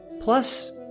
Plus